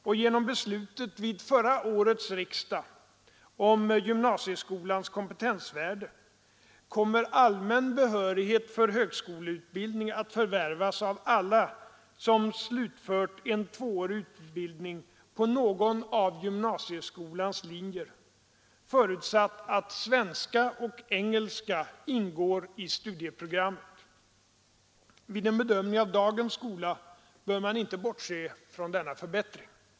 Och genom beslutet vid förra årets riksdag om gymnasieskolans kompetensvärde kommer allmän behörighet för högskoleutbildning att förvärvas av alla som slutfört en tvåårig utbildning på någon av gymnasieskolans linjer, förutsatt att svenska och engelska ingår i studieprogrammet. Vid en bedömning av dagens skola bör man inte bortse från denna förbättring.